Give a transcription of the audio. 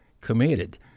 committed